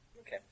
Okay